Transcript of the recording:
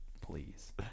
Please